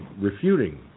refuting